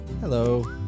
Hello